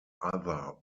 other